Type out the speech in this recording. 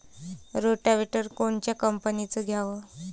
Rotavator कोनच्या कंपनीचं घ्यावं?